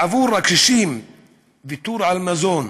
בעבור הקשישים ויתור על מזון,